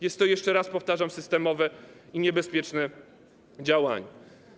Jest to, jeszcze raz powtarzam, systemowe i niebezpieczne działanie.